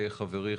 חברי,